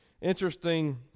Interesting